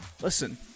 listen